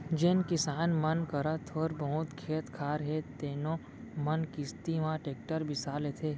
जेन किसान मन करा थोर बहुत खेत खार हे तेनो मन किस्ती म टेक्टर बिसा लेथें